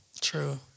True